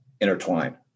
intertwine